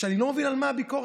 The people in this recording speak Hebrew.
אני לא מבין על מה הביקורת.